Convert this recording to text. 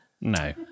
No